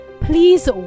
please